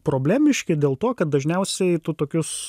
problemiški dėl to kad dažniausiai tu tokius